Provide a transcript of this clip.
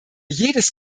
jedes